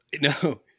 no